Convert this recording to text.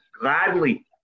gladly